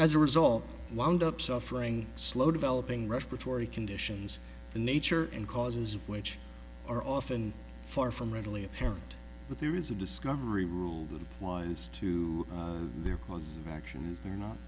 as a result wound up suffering slow developing respiratory conditions the nature and causes of which are often far from readily apparent but there is a discovery rule with wise to their cause of action or not